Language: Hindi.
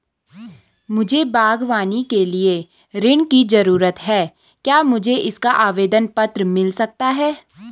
मुझे बागवानी के लिए ऋण की ज़रूरत है क्या मुझे इसका आवेदन पत्र मिल सकता है?